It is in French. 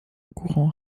courant